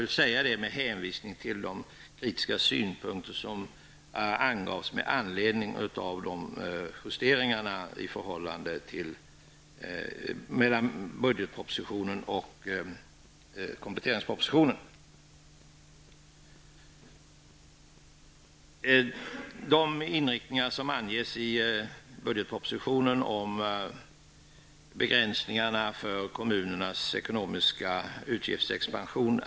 Jag säger detta med anledning av de kritiska synpunkter som framfördes om de justeringar som gjordes i kompletteringspropositionen i förhållande till budgetpropositionens. Utskottet ansluter sig nu till de inriktningar som anges i budgetpropositionen om begränsningarna för kommunernas ekonomiska utgiftsexpansion.